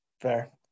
Fair